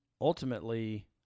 Ultimately